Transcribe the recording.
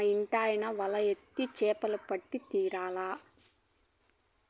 మా ఇంటాయన వల ఏత్తే చేపలు పడి తీరాల్ల